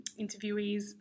interviewees